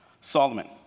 Solomon